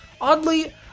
Oddly